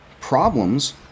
problems